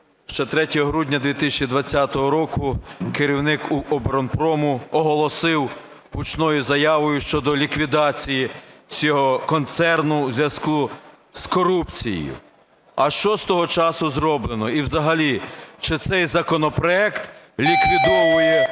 ще 3 грудня 2020 року керівник оборонпрому оголосив гучною заявою щодо ліквідації всього концерну у зв'язку з корупцією. А що з того часу зроблено? І взагалі чи цей законопроект ліквідовує